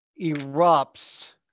erupts